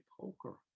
poker